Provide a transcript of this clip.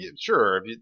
Sure